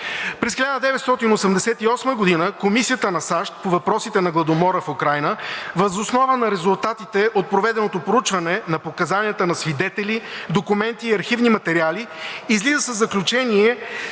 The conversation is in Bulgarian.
През 1988 г. Комисията на САЩ по въпросите на Гладомора в Украйна въз основа на резултатите от проведеното проучване на показанията на свидетели, документи и архивни материали излиза със заключение,